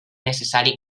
necessari